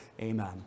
Amen